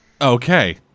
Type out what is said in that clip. Okay